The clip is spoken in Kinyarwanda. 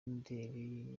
mideli